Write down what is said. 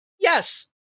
yes